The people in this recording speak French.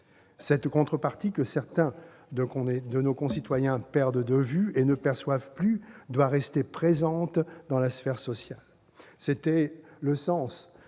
Cette contrepartie que certains de nos concitoyens perdent de vue et ne perçoivent plus doit rester présente dans la sphère sociale. C'était le sens